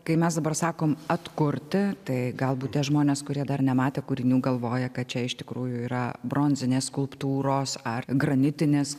kai mes dabar sakom atkurti tai galbūt tie žmonės kurie dar nematė kūrinių galvoja kad čia iš tikrųjų yra bronzinės skulptūros ar granitinės